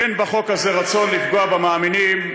אין בחוק הזה רצון לפגוע במאמינים.